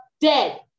dead